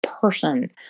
person